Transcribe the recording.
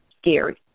scary